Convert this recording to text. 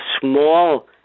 small